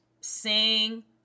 sing